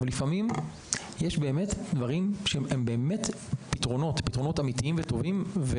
אבל לפעמים יש דברים שהם באמת פתרונות אמיתיים וטובים.